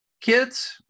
kids